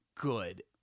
good